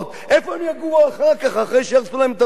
איפה הם יגורו אחר כך, אחרי שיהרסו להם את הבתים?